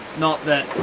not that